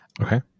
Okay